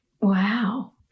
Wow